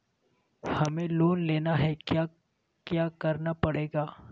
हमें लोन लेना है क्या क्या करना पड़ेगा?